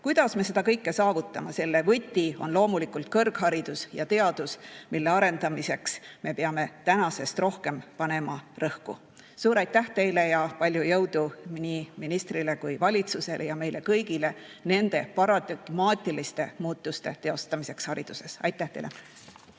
Kuidas me seda kõike saavutame? Selle võti on loomulikult kõrgharidus ja teadus, mille arendamisele me peame tänasest rohkem rõhku panema. Suur aitäh teile ja palju jõudu nii ministrile kui valitsusele ja meile kõigile nende paradigmaatiliste muutuste teostamiseks hariduses! Aitäh teile!